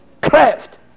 cleft